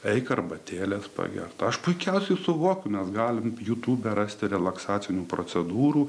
eik arbatėlės pagert aš puikiausiai suvokiu mes galime jutube rasti relaksacinių procedūrų